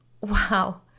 Wow